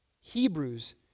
Hebrews